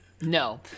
No